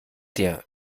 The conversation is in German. dir